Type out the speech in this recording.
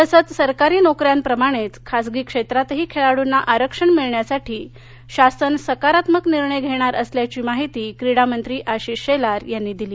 तसंघ सरकारी नोकऱ्यांप्रमाणेच खाजगी क्षेत्रातही खेळाडूंना आरक्षण मिळण्यासाठी शासन सकारात्मक निर्णय घेणार असल्याची माहिती क्रीडामंत्री आशिष शेलार यांनी दिली